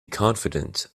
confident